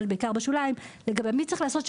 בעיקר מי צריך לעשות,